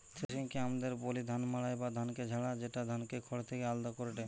থ্রেশিংকে আমদের বলি ধান মাড়াই বা ধানকে ঝাড়া, যেটা ধানকে খড় থেকে আলদা করেটে